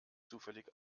zufällig